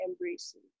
embracing